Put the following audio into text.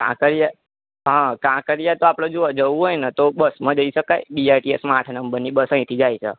કાંકરિયા હ તો આપણે જોવા જવું હોયને તો બસમાં જઈ શકાય બીઆરટીએસમાં આઠ નંબરની બસ અહીંથી જાય છે